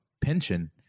pension